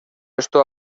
esto